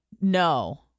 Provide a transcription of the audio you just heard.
No